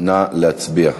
נא להצביע.